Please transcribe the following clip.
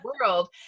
world